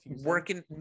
working